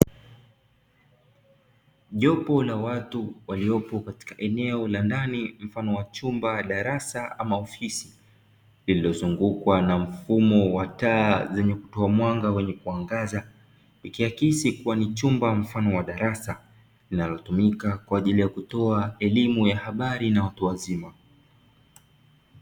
Jopo la watu waliopo katika eneo la ndani mfano wa chumba, darasa ama ofisi, lililozungukwa na mfumo wa taa zenye kutoa mwanga wenye kuangaza; ikiakisi kuwa ni chumba mfano wa darasa, linalotumika kwa ajili ya kutoa elimu ya habari na watu wazima.